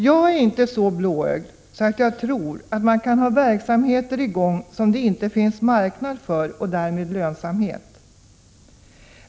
Jag är inte så blåögd att jag tror att man kan ha verksamheter i gång som " det inte finns marknad för och därmed lönsamhet.